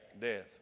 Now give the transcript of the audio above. death